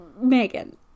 Megan